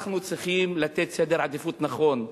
אנחנו צריכים לתת סדר עדיפויות נכון.